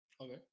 Okay